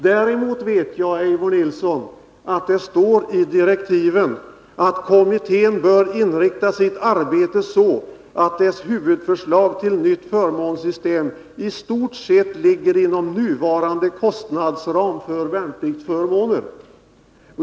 Däremot vet jag, Eivor Nilson, att det står i direktiven att kommittén bör inrikta sitt arbete så att dess huvudförslag till nytt förmånssystem i stort sett ligger inom nuvarande kostnadsram för värnpliktsförmåner.